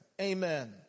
Amen